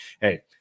hey